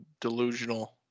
delusional